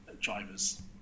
drivers